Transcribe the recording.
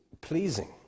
pleasing